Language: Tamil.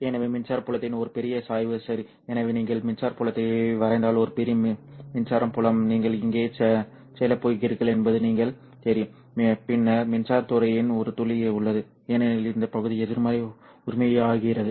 எனவே மின்சார புலத்தின் ஒரு பெரிய சாய்வு சரி எனவே நீங்கள் மின்சார புலத்தை வரைந்தால் ஒரு பெரிய மின்சார புலம் நீங்கள் இங்கே செல்லப் போகிறீர்கள் என்பது உங்களுக்குத் தெரியும் பின்னர் மின்சாரத் துறையின் ஒரு துளி உள்ளது ஏனெனில் இந்த பகுதி எதிர்மறை உரிமையாகிறது